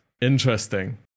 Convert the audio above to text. Interesting